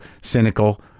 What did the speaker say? cynical